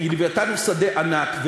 "לווייתן" הוא שדה ענק,